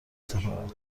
سپارم